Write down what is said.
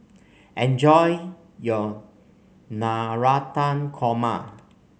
enjoy your Navratan Korma